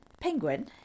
penguin